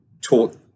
taught